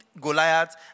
Goliath